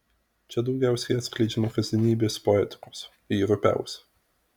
čia daugiausiai atskleidžiama kasdienybės poetikos ji rupiausia